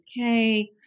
okay